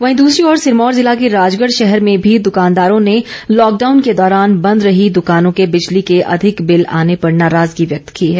वहीं दूसरी ओर सिरमौर जिला के राजगढ़ शहर में भी दूकानदारों ने लॉकडाउन के दौरान बंद रही दूकानों के बिजली के अधिक बिल आने पर नाराजगी व्यक्त की है